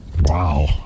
Wow